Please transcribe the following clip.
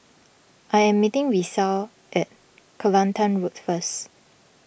I am meeting Risa at Kelantan Road first